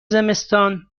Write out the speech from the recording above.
زمستان